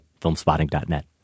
filmspotting.net